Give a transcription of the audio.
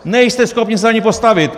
Nejste schopni se za ni postavit!